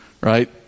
right